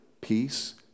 peace